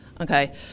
Okay